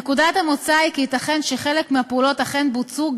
נקודת המוצא היא כי ייתכן שחלק מהפעולות אכן בוצעו,